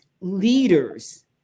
leaders